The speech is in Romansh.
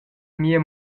mia